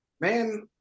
Man